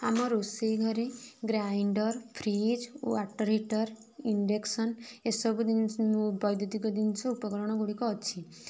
ଆମ ରୋଷେଇ ଘରେ grinder fridge water heater induction ଏ ସବୁ ଜିନିଷ ବୈଦୁତିକ ଜିନିଷ ଉପକରଣ ଗୁଡ଼ିକ ଅଛି